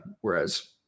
whereas